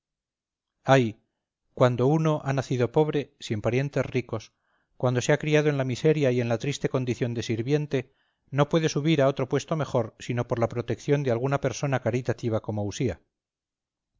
ay cuando uno ha nacido pobre sin parientes ricos cuando se ha criado en la miseria y en la triste condición de sirviente no puede subir a otro puesto mejor sino por la protección de alguna persona caritativa como usía